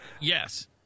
Yes